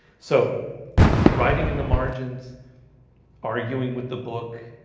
so writing in the margins arguing with the book